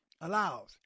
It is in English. allows